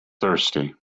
thirsty